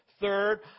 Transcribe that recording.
Third